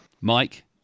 mike